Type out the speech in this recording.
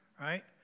right